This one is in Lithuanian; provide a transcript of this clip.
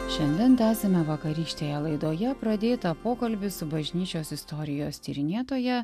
šiandien tęsiame vakarykštėje laidoje pradėtą pokalbį su bažnyčios istorijos tyrinėtoja